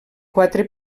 quatre